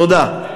תודה רבה.